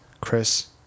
Chris